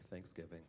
Thanksgiving